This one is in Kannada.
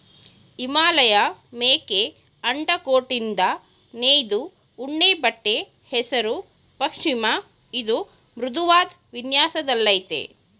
ಹಿಮಾಲಯಮೇಕೆ ಅಂಡರ್ಕೋಟ್ನಿಂದ ನೇಯ್ದ ಉಣ್ಣೆಬಟ್ಟೆ ಹೆಸರು ಪಷ್ಮಿನ ಇದು ಮೃದುವಾದ್ ವಿನ್ಯಾಸದಲ್ಲಯ್ತೆ